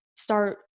start